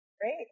Great